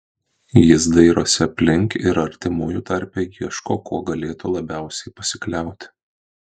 jis dairosi aplink ir artimųjų tarpe ieško kuo galėtų labiausiai pasikliauti